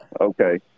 Okay